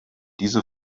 diese